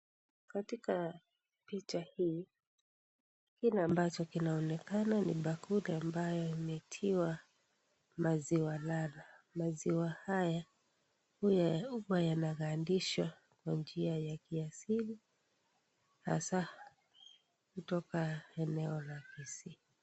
Katika picha hii kile ambacho kinaonekana ni bakuli ambayo imetiwa maziwa lala. Maziwa haya huwa yanagadishwa kwa njia ya kiasili hasa kutoka eneo la Kisii.